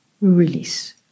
Release